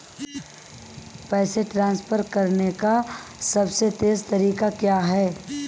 पैसे ट्रांसफर करने का सबसे तेज़ तरीका क्या है?